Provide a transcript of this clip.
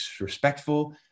respectful